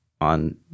on